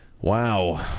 Wow